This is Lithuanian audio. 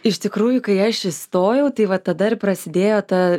iš tikrųjų kai aš įstojau tai va tada ir prasidėjo ta